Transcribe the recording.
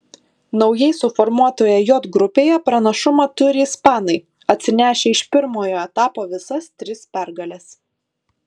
naujai suformuotoje j grupėje pranašumą turi ispanai atsinešę iš pirmojo etapo visas tris pergales